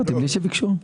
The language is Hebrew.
בלי שביקשו.